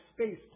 space